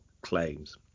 claims